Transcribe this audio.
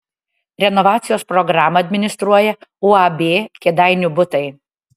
renovacijos programą administruoja uab kėdainių butai